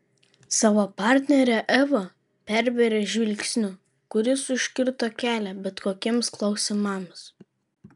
savo partnerę eva pervėrė žvilgsniu kuris užkirto kelią bet kokiems klausimams